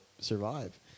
survive